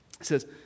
says